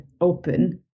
open